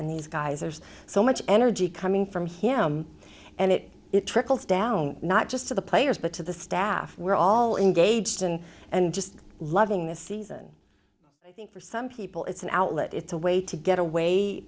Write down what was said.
in these guys are so much energy coming from him and it trickles down not just to the players but to the staff we're all engaged in and just loving the season i think for some people it's an outlet it's a way to get away